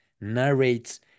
narrates